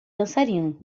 dançarino